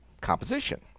composition